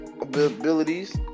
abilities